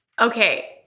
Okay